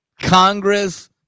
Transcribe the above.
Congress